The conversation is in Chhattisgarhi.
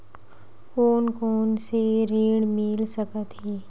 कोन कोन से ऋण मिल सकत हे?